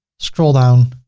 scroll down,